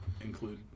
include